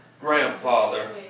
grandfather